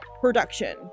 production